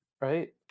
Right